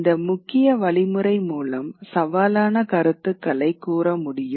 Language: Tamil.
இந்த முக்கிய வழிமுறை மூலம் சவாலான கருத்துக்களை கூற முடியும்